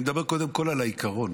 אני מדבר קודם כול על העיקרון.